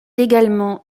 également